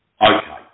Okay